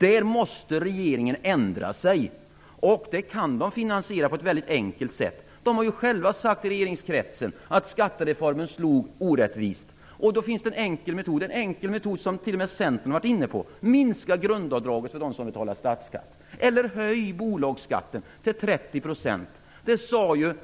Här måste regeringen ändra sig. Finansieringen kan ske på ett väldigt enkelt sätt. De har ju själva i regeringskretsen sagt att skattereformen slog orättvist. Då finns det en enkel metod, som t.o.m. centern har varit inne på, nämligen att minska grundavdraget för dem som betalar statsskatt eller att höja bolagsskatten till 30 %.